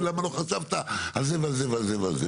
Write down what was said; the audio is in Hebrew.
לי למה לא חשבת על זה ועל זה ועל זה.